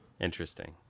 Interesting